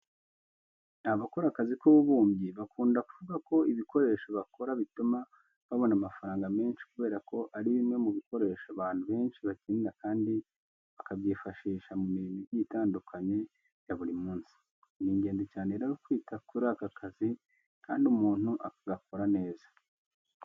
Abakora akazi k'ububumbyi bakunda kuvuga ko ibikoresho bakora bituma babona amafaranga menshi kubera ko ari bimwe mu bikoresho abantu benshi bakenera kandi bakabyifashisha mu mirimo igiye itandukanye ya buri munsi. Ni ingenzi cyane rero kwita kuri aka kazi kandi umuntu akagakora neza.